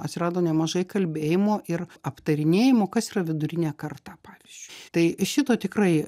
atsirado nemažai kalbėjimo ir aptarinėjimo kas yra vidurinė karta pavyzdžiui tai šito tikrai